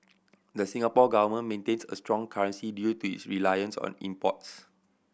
the Singapore Government maintains a strong currency due to its reliance on imports